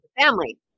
family